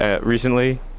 recently